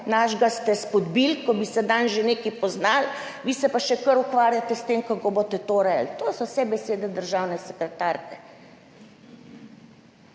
Našega ste izpodbili, ko bi se danes že nekaj poznalo, vi se pa še kar ukvarjate s tem, kako boste to urejali. To so vse besede državne sekretarke.